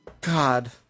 God